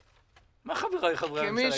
מה "חבריי חברי הממשלה"?